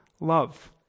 love